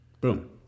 Boom